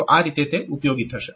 તો આ રીતે તે ઉપયોગી થશે